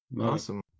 Awesome